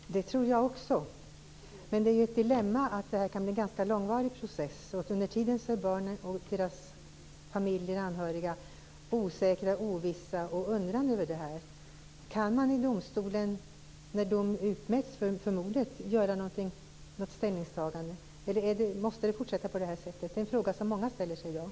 Fru talman! Det tror jag också, men det är ju ett dilemma att det här kan bli en ganska långvarig process. Under tiden är barnen, familjen och barnens anhöriga osäkra, ovissa och undrande över det här. Kan man i domstolen, när dom utmäts för mordet, göra något ställningstagande, eller måste det fortsätta på det här sättet? Det är en fråga som många ställer sig i dag.